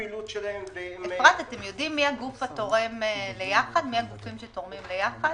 אפרת, אתם יודעים מי הגופים שתורמים ליחד?